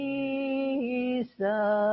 Jesus